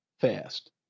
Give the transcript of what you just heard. fast